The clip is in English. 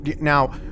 Now